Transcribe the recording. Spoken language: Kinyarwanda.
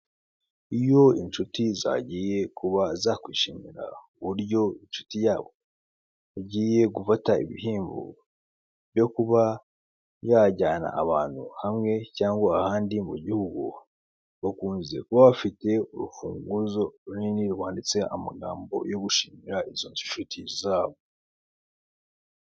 Iyo inshuti zagiye kuba zakwishimira uburyo inshuti yabo igiye gufata ibihembo byo kuba yajyana abantu hamwe cyangwa ahandi mu gihugu, bakunze kuba bafite urufunguzo runini rwanditseho amagambo yo gushimira izo nshuti zabo.